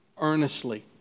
earnestly